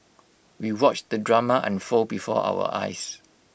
we watched the drama unfold before our eyes